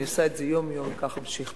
אני עושה את זה יום-יום וכך אמשיך.